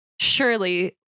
surely